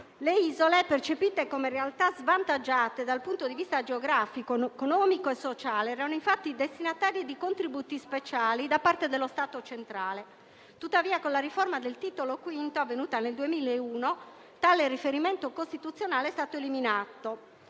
le isole, percepite come realtà svantaggiate dal punto di vista geografico, economico e sociale, erano infatti destinatarie di contributi speciali da parte dello Stato centrale. Tuttavia, con la riforma del Titolo V, avvenuta nel 2001, tale riferimento costituzionale è stato eliminato